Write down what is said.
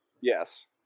Yes